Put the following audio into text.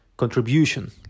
contribution